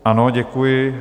Ano, děkuji.